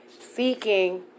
seeking